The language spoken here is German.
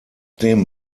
dem